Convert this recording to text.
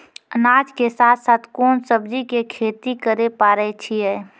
अनाज के साथ साथ कोंन सब्जी के खेती करे पारे छियै?